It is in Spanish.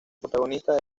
protagonista